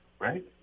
Right